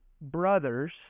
brothers